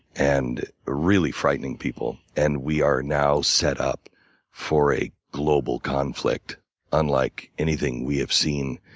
and really frightening people. and we are now set up for a global conflict unlike anything we have seen